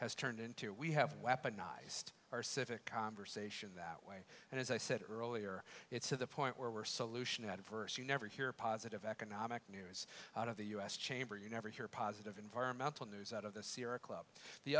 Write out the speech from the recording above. has turned into we have weaponized our civic conversation that way and as i said earlier it's to the point where we're solution adverse you never hear positive economic news out of the u s chamber you never hear positive environmental news out of the sierra club the